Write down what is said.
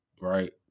right